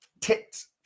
Tits